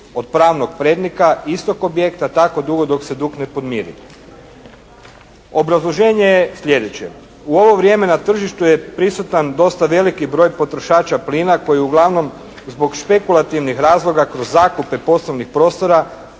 od pravnog «premnika» istog objekta tako dugo dok se dug ne podmiri. Obrazloženje je sljedeće: U ovo vrijeme na tržištu je prisutan dosta veliki broj potrošača plina koji uglavnom zbog špekulativnih razloga kroz zakupe poslovnih prostora